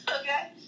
Okay